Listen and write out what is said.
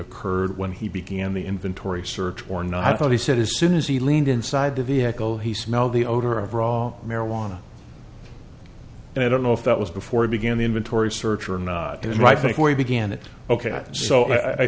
occurred when he began the inventory search warrant i thought he said as soon as he leaned inside the vehicle he smelled the odor of raw marijuana and i don't know if that was before he began the inventory search or not do the right thing where he began it ok so i